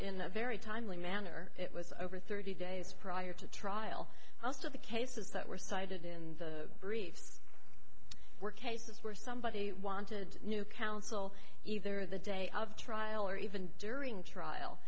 a very timely manner it was over thirty days prior to trial most of the cases that were cited in the briefs were cases where somebody wanted new counsel either the day of trial or even during trial